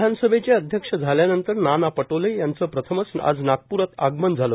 विधानसभेचे अध्यक्ष झाल्यानंतर नाना पटोले यांचं प्रथमच आज नागप्रात आगमन झालं